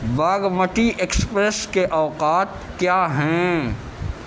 Bagmati express کے اوقات کیا ہیں